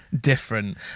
different